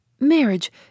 Marriage